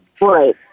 Right